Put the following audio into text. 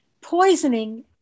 poisoning